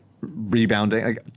rebounding